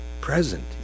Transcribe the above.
present